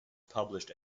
published